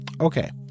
Okay